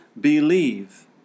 believe